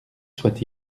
soit